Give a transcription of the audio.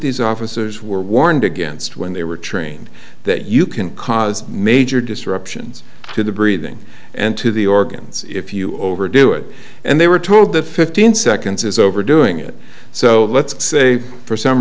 these officers were warned against when they were trained that you can cause major disruptions to the breathing and to the organs if you overdo it and they were told the fifteen seconds is overdoing it so let's say for some